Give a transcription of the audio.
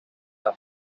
are